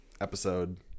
episode